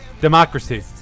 democracy